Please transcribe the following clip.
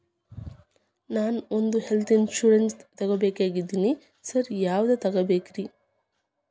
ನಾನ್ ಒಂದ್ health insurance ತಗಬೇಕಂತಿದೇನಿ sir ಯಾವದ ತಗಬೇಕ್ರಿ?